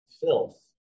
filth